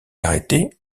arrêté